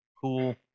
Cool